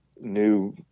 new